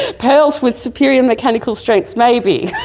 ah pearls with superior mechanical strengths, maybe!